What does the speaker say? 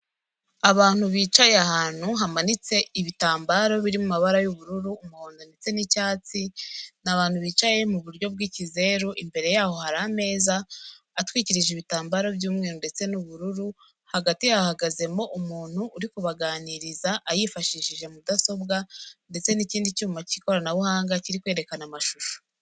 Abantu bicaye ahantu hamanitse ibitambaro biri mabara y'ubururu, umuhondo ndetse n'icyatsi. Ni abantu bicaye mu buryo bw'ikizeru imbere yaho hari ameza atwikirije ibitambaro by'umweru ndetse n'ubururu, hagati hahagazemo umuntu uri kubaganiriza yifashishije mudasobwa ndetse n'ikindi cyuma cy'ikoranabuhanga kiri kwerekana amashusho.